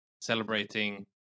celebrating